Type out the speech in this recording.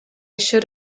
should